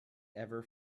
ever